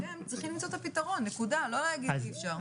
אתם צריכים למצוא את הפתרון, לא להגיד אי אפשר.